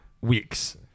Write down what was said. weeks